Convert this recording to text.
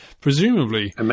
presumably